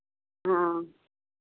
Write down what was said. हाँ